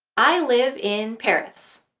i live in paris,